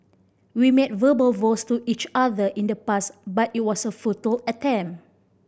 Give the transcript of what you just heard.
we made verbal vows to each other in the past but it was a futile attempt